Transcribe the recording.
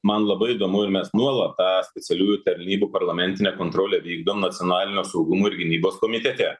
man labai įdomu ir mes nuolat tą specialiųjų tarnybų parlamentinę kontrolę vykdom nacionalinio saugumo ir gynybos komitete